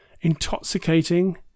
intoxicating